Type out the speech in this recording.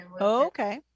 Okay